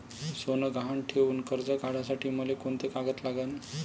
सोनं गहान ठेऊन कर्ज काढासाठी मले कोंते कागद लागन?